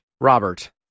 robert